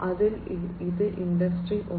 അതിനാൽ ഇത് ഇൻഡസ്ട്രി 1